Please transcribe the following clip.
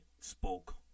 spoke